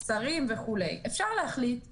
אפשר להחליט שאומרים,